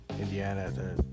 Indiana